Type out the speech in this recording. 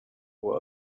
were